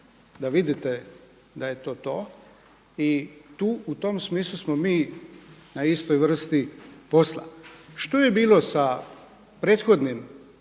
da vidite da je to to. I tu u tom smislu smo mi na istoj vrsti posla. Što je bilo sa prethodnim